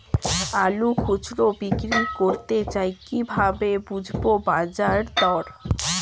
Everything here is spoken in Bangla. আলু খুচরো বিক্রি করতে চাই কিভাবে বুঝবো বাজার দর?